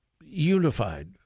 unified